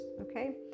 okay